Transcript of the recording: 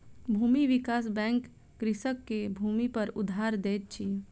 भूमि विकास बैंक कृषक के भूमिपर उधार दैत अछि